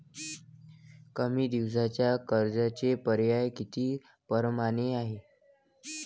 कमी दिसाच्या कर्जाचे पर्याय किती परमाने हाय?